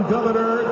Governor